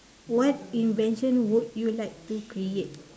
what invention would you like to create